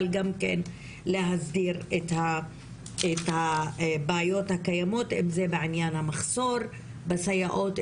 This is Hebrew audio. אבל גם כן להסדיר את הבעיות הקיימות אם זה בעניין המחסור בסייעות,